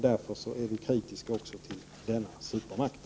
Därför är vi kritiska också mot denna supermakt.